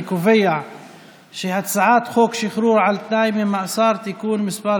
אני קובע שהצעת חוק שחרור על תנאי ממאסר (תיקון מס'